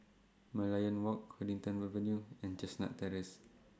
Merlion Walk Huddington Avenue and Chestnut Terrace